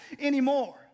anymore